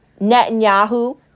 Netanyahu